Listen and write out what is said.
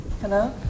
Hello